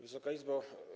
Wysoka Izbo!